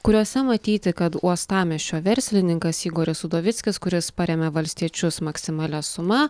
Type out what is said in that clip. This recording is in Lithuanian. kuriuose matyti kad uostamiesčio verslininkas igoris udovickis kuris paremia valstiečius maksimalia suma